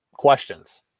questions